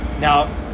Now